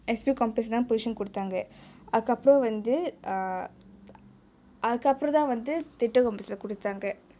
S_P compass லதா:lathaa position கொடுத்தாங்கே அதுக்கு அப்ரோ வந்து:koduthangae athuku apro vanthu err அதுக்கு அப்ரோதா வந்து:athuku aprothaa vanthu theatre compass லே கொடுத்தாங்கே:le koduthangae